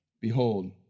Behold